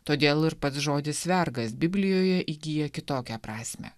todėl ir pats žodis vergas biblijoje įgyja kitokią prasmę